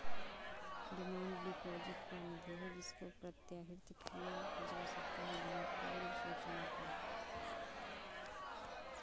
demand deposit वह निधि है जिसको प्रत्याहृत किया जा सकता है बिना पूर्व सूचना के